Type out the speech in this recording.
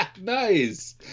Nice